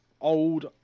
Old